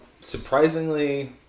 surprisingly